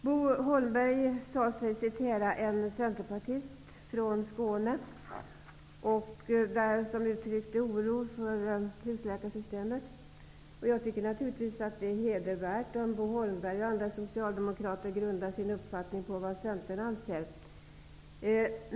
Bo Holmberg sade sig citera en centerpartist från Jag tycker naturligtvis att det är hedervärt att Bo Holmberg och andra socialdemokrater grundar sin uppfattning på vad Centern anser.